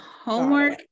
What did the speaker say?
homework